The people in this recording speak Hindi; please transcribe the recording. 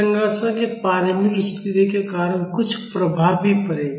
संरचना की प्रारंभिक स्थितियों के कारण कुछ प्रभाव भी पड़ेगा